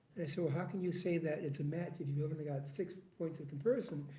i said well, how can you say that it's a match if you've only got six points of comparison?